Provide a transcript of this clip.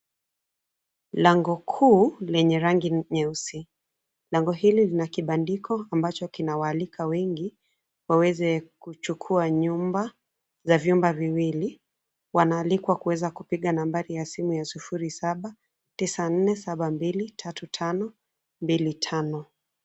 Lango kuu lenye rangi nyeusi. Lango hili lina kibandiko ambacho kinawaalika wengi waweze kuchukua nyumba za vyumba viwili, wanaalikwa kuweza kupiga nambari ya simu ya sufuri 0794723525.